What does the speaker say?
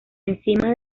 encima